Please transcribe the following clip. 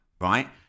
right